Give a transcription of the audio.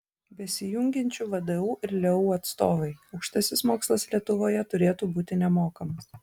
besijungiančių vdu ir leu atstovai aukštasis mokslas lietuvoje turėtų būti nemokamas